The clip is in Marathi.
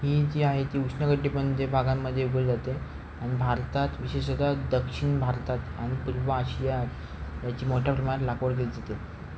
ही जी आहे ती उष्णकटिबंधीय भागांमध्ये उगवली जाते आणि भारतात विशेषत दक्षिण भारतात आणि पूर्व आशियात याची मोठ्या प्रमाणात लागवड केली जाते